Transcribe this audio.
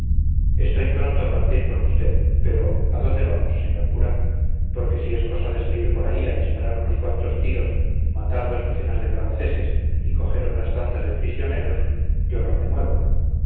estoy pronto a partir con usted pero a dónde vamos señor cura porque si es cosa de salir por ahí a disparar unos cuantos tiros matar dos docenas de franceses y coger otras tantas de prisioneros yo no me muevo